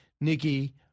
Nikki